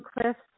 cliffs